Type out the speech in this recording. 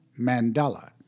Mandela